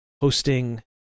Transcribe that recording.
hosting